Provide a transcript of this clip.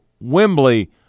Wembley